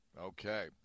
Okay